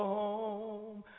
home